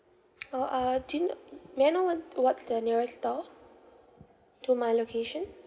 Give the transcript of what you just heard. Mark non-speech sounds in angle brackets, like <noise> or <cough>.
orh uh do you know <noise> may I know wan~ what's the nearest store to my location